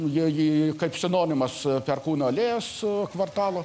jie jį kaip sinonimas perkūno alėja su kvartalu